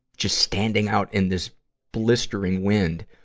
just standing out in this blistering wind.